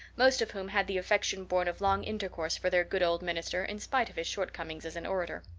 most of whom had the affection born of long intercourse for their good old minister in spite of his shortcomings as an orator.